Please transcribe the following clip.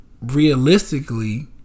Realistically